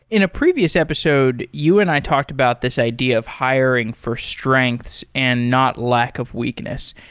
in a previous episode, you and i talked about this idea of hiring for strengths and not lack of weakness.